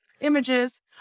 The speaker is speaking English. images